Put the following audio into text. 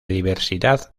diversidad